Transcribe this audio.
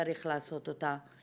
שצריך לעשות אותה.